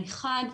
דבר אחד,